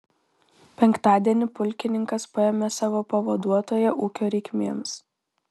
penktadienį pulkininkas paėmė savo pavaduotoją ūkio reikmėms